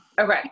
Okay